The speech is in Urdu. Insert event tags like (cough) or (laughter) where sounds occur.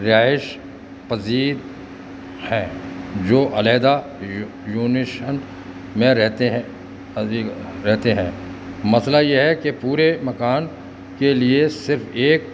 رہائش پذیر ہیں جو علیحدہ (unintelligible) میں رہتے ہیں رہتے ہیں مسئلہ یہ ہے کہ پورے مکان کے لیے صرف ایک